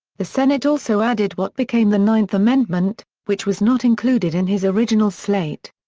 the senate also added what became the ninth amendment, which was not included in his original slate.